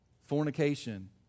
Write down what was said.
Fornication